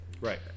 Right